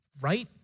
right